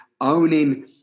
owning